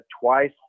twice